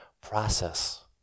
process